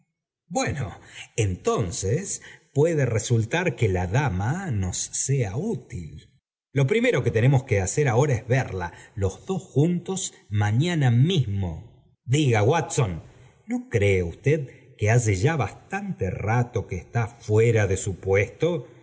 bueno entonces puede resultar que la dama ños sea útil lo primera que tenemos que hacer añora es verla los dos juntos mañana mismo liga w atson no cree usted que hace ya bastante rato que está fuera de su puesto